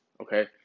Okay